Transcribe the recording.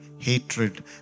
Hatred